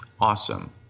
Awesome